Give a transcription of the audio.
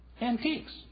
antiques